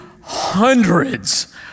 hundreds